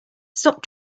stop